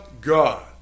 God